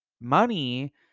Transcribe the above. money